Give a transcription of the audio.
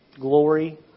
Glory